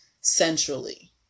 centrally